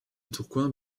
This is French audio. tourcoing